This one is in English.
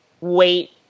wait